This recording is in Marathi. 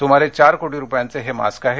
सुमारे चार कोटी रुपयांचे हे मास्क आहेत